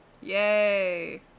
Yay